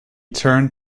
turned